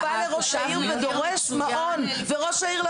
הוא בא לראש העיר ודורש מעון וראש העיר,